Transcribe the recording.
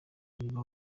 niba